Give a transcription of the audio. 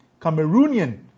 Cameroonian